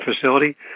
Facility